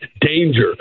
danger